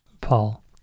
Paul